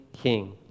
king